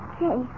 Okay